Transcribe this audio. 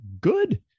good